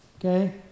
okay